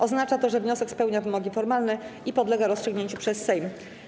Oznacza to, że wniosek spełnia wymogi formalne i podlega rozstrzygnięciu przez Sejm.